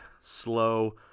slow